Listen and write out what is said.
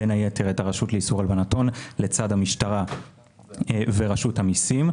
בין היתר את הרשות לאיסור הלבנת הון לצד המשטרה ורשות המסים.